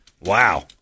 Wow